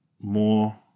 more